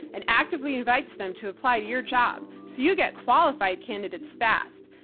and actively invites them to apply to your job, so you get qualified candidates fast.